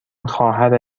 خواهر